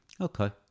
Okay